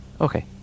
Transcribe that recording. okay